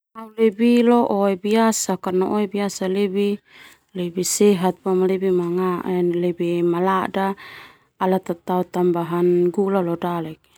Oe biasa karna oe biasa karna oe biasa lebih sehat lebih malada ala tatao tambahan gula.